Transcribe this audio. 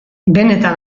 benetan